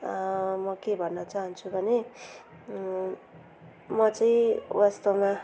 म के भन्न चाहन्छु भने म चाहिँ वास्तवमा